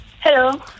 Hello